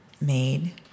made